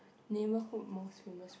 neighbourhood most famous food